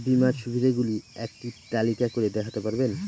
বীমার সুবিধে গুলি একটি তালিকা করে দেখাতে পারবেন?